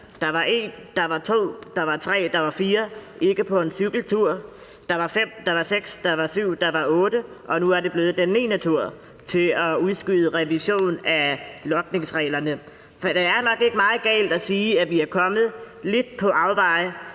Der var en, der var to, der var tre, der var fire ikke på en cykeltur, der var fem, der var seks, der var syv, der var otte, og nu er det blevet den niende tur til at udskyde revision af logningsreglerne. For det er nok ikke meget galt at sige, at vi er kommet lidt på afveje;